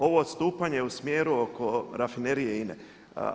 Ovo odstupanje u smjeru oko Rafinerije INA-e.